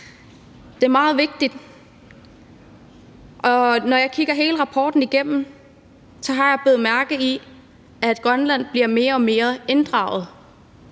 De er meget vigtige. Da jeg kiggede hele redegørelsen igennem, bed jeg mærke i, at Grønland bliver mere og mere inddraget,